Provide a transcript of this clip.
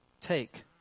take